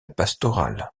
pastorale